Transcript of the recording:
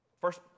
First